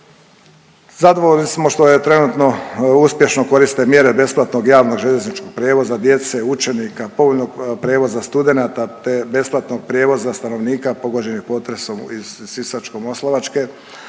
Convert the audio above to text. Zadovoljni smo što je trenutno uspješno koriste mjere besplatnog javnog željezničkog prijevoza djece, učenika, povoljnog prijevoza studenata, te besplatnog prijevoza stanovnika pogođenih potresom iz Sisačko-moslavačke